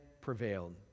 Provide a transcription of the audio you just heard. prevailed